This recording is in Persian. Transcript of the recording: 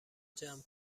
جمع